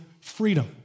freedom